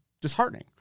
disheartening